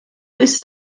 ist